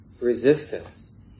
resistance